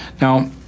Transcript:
Now